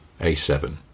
A7